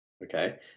Okay